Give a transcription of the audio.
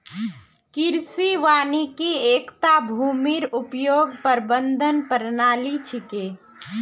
कृषि वानिकी एकता भूमिर उपयोग प्रबंधन प्रणाली छिके